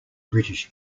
british